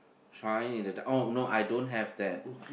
shining in the dark oh no I don't have that